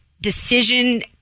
Decision